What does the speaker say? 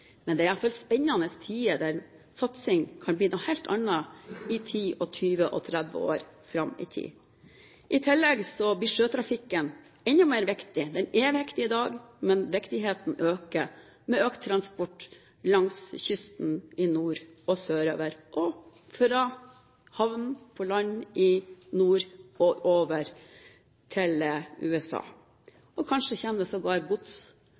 Men det er iallfall spennende tider, der satsing kan bli noe helt annet 10–20–30 år fram i tid. I tillegg blir sjøtrafikken enda mer viktig. Den er viktig i dag, men viktigheten øker med økt transport langs kysten nordover og sørover og fra havner i nord over til USA. Kanskje kommer det etter hvert sågar gods